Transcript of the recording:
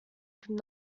could